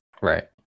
right